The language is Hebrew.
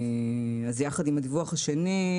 אז יחד עם הדיווח השני,